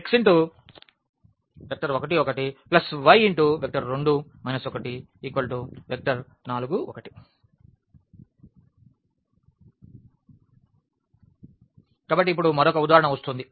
x1 1 y2 1 4 1 కాబట్టి ఇప్పుడు మరొక ఉదాహరణ వస్తోంది